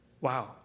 wow